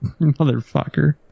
Motherfucker